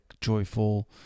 joyful